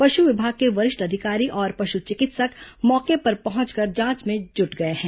पशु विभाग के वरिष्ठ अधिकारी और पशु चिकित्सक मौके पर पहुंचकर जांच में जुट गए हैं